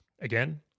again